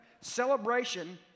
Celebration